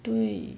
对